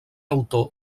autor